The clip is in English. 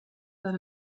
that